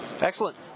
Excellent